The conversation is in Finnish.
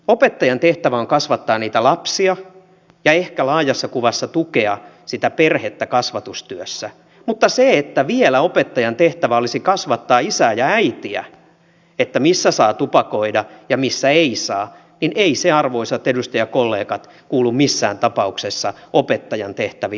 opettajan tehtävä on kasvattaa lapsia ja ehkä laajassa kuvassa tukea perhettä kasvatustyössä mutta se että vielä opettajan tehtävä olisi kasvattaa isää ja äitiä missä saa tupakoida ja missä ei saa se ei arvoisat edustajakollegat kuulu missään tapauksessa opettajan tehtäviin